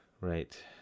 right